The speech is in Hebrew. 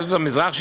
יהדות המזרח",